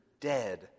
dead